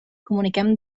comuniquem